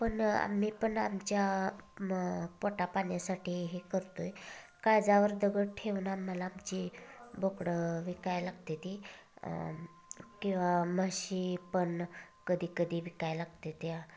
पण आम्ही पण आमच्या पोटापाण्यासाठी हे करतोय काळजावर दगड ठेऊन आम्हाला जे बोकडं विकायला लागते ते किंवा म्हशी पण कधीकधी विकायला लागतेत्या